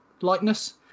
likeness